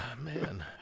Man